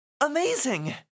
Amazing